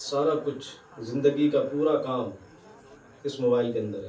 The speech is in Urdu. سارا کچھ زندگی کا پورا کام اس موبائل کے اندر ہے